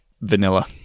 vanilla